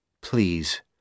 Please